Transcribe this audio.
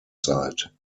zeit